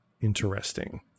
interesting